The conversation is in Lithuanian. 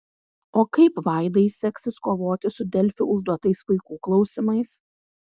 o kaip vaidai seksis kovoti su delfi užduotais vaikų klausimais